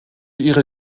ihre